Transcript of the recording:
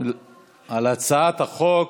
על הצעת חוק